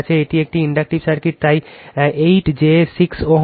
এটি একটি inductive circuit তাই 8 j 6 Ω